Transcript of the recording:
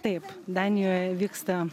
taip danijoje vyksta